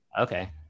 Okay